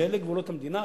שאלה גבולות המדינה,